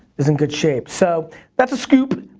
is in good shape. so that's the scoop,